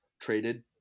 traded